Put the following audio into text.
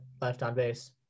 left-on-base